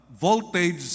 voltage